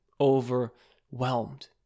overwhelmed